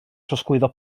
trosglwyddo